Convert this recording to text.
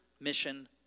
mission